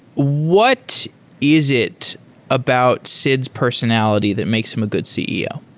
what is it about sid's personality that makes him a good ceo?